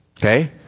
Okay